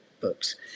books